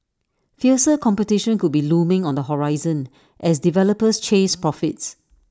fiercer competition could be looming on the horizon as developers chase profits